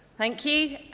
thank you.